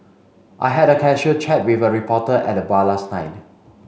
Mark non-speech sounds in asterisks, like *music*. I had a casual chat *unintelligible* reporter at the bar last night